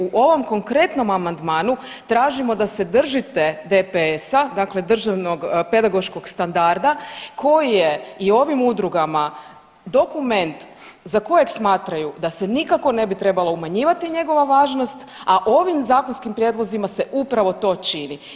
U ovom konkretnom amandmanu tražimo da se držite DPS-a, dakle državnom pedagoškog standarda koji je i ovim udrugama dokument za kojeg smatraju da se nikako ne bi trebala umanjivati njegova važnost, a ovim zakonskim prijedlozima se upravo to čini.